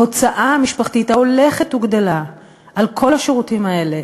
ההוצאה המשפחתית ההולכת וגדלה על כל השירותים האלה,